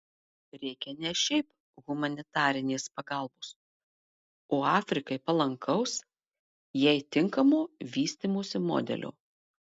reikia ne šiaip humanitarinės pagalbos o afrikai palankaus jai tinkamo vystymosi modelio